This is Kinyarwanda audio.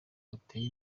bateye